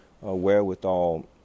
wherewithal